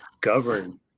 govern